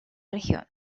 región